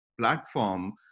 platform